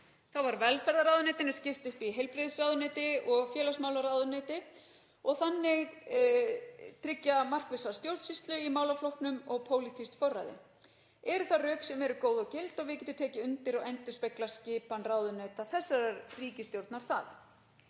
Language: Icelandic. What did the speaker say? Þá var velferðarráðuneytinu skipt upp í heilbrigðisráðuneyti og félagsmálaráðuneyti og þannig átti að tryggja markvissa stjórnsýslu í málaflokknum og pólitískt forræði. Eru það rök sem eru góð og gild og við getum tekið undir og endurspeglar skipan ráðuneyta þessarar ríkisstjórnar það.